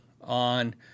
on